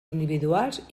individuals